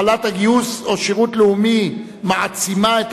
החלת גיוס או שירות לאומי מעצימה את